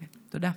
תודה.